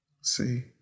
See